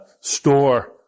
store